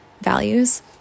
values